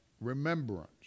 Remembrance